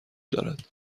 دارد